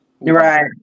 right